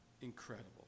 incredible